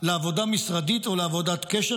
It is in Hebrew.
לעבודה משרדית או לעבודת קשר,